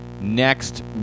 Next